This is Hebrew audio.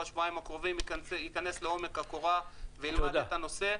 שבועיים הקרובים לעובי הקורה וילמד את הנושא.